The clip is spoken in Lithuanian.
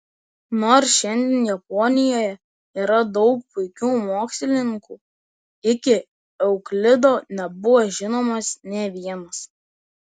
nors šiandien japonijoje yra daug puikių mokslininkų iki euklido nebuvo žinomas nė vienas